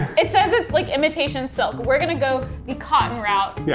it says it's like imitation silk. we're gonna go the cotton route, yeah